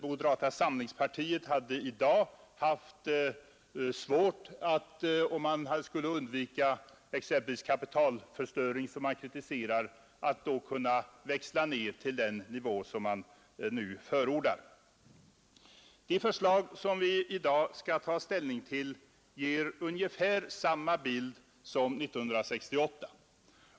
Moderata samlingspartiet skulle i dag haft svårt att — för att undvika exempelvis sådan kapitalförstöring som man på detta håll kritiserar — växla ned till den nivå som man nu förordar. De förslag som vi i dag skall ta ställning till ger ungefär samma bild som 1968.